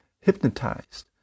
hypnotized